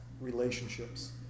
relationships